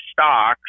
stocks